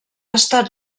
estat